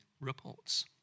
reports